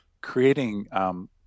creating –